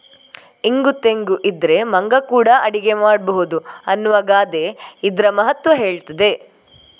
ಇಂಗು ತೆಂಗು ಇದ್ರೆ ಮಂಗ ಕೂಡಾ ಅಡಿಗೆ ಮಾಡ್ಬಹುದು ಅನ್ನುವ ಗಾದೆ ಇದ್ರ ಮಹತ್ವ ಹೇಳ್ತದೆ